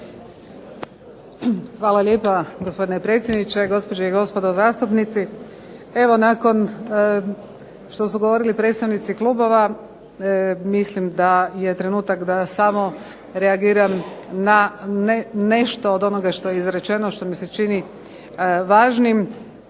Hvala lijepa, gospodine predsjedniče. Gospođe i gospodo zastupnici. Evo nakon što su govorili predstavnici klubova mislim da je trenutak da samo reagiram na nešto od onoga što je izrečeno, što mi se čini važnim,